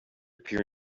peer